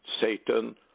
Satan